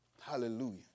Hallelujah